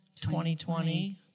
2020